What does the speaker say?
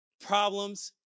problems